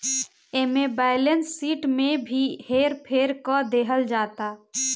एमे balance sheet में भी हेर फेर क देहल जाता